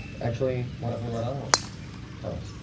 actually, why don't we let other ones tell us?